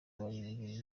barindwi